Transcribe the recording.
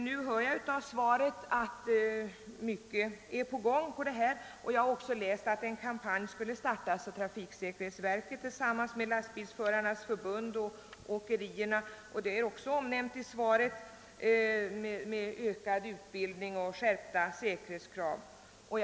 Nu finner jag av svaret att mycket görs på detta område, och jag har också läst, att en kampanj skulle startas av trafiksäkerhetsverket tillsammans med Lastbilsförarnas förbund och åkerierna, såsom även omnämnts i svaret, varvid frågan om ökad utbildning och skärpta säkerhetskrav skall aktualiseras.